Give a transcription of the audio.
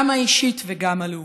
גם האישית וגם הלאומית.